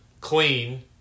clean